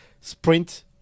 sprint